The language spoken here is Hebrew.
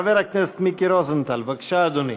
חבר הכנסת מיקי רוזנטל, בבקשה, אדוני,